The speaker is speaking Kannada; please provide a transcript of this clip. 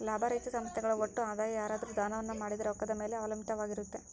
ಲಾಭರಹಿತ ಸಂಸ್ಥೆಗಳ ಒಟ್ಟು ಆದಾಯ ಯಾರಾದ್ರು ದಾನವನ್ನ ಮಾಡಿದ ರೊಕ್ಕದ ಮೇಲೆ ಅವಲಂಬಿತವಾಗುತ್ತೆ